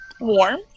Warm